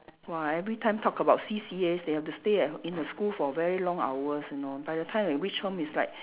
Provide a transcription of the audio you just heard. !wah! every time talk about C_C_As they have to stay at h~ in the school for very long hours you know by the time they reach home it's like